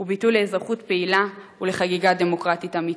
הוא ביטוי לאזרחות פעילה ולחגיגה דמוקרטית אמיתית.